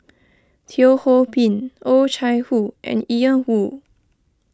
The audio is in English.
Teo Ho Pin Oh Chai Hoo and Ian Woo